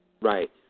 Right